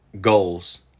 goals